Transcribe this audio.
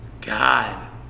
God